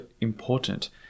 important